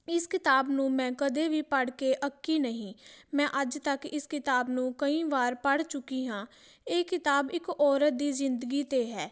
ਇਸ ਕਿਤਾਬ ਨੂੰ ਮੈਂ ਕਦੇ ਵੀ ਪੜ੍ਹ ਕੇ ਅੱਕੀ ਨਹੀਂ ਮੈਂ ਅੱਜ ਤੱਕ ਇਸ ਕਿਤਾਬ ਨੂੰ ਕਈ ਵਾਰ ਪੜ੍ਹ ਚੁੱਕੀ ਹਾਂ ਇਹ ਕਿਤਾਬ ਇੱਕ ਔਰਤ ਦੀ ਜ਼ਿੰਦਗੀ 'ਤੇ ਹੈ